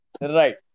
Right